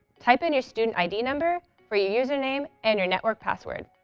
type in your student id number for your username and your network password.